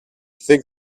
think